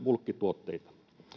bulkkituotteita